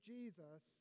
Jesus